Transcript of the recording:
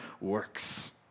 works